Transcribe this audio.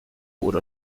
oder